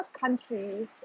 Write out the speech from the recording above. countries